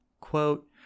quote